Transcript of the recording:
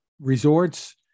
resorts